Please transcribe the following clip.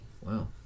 Wow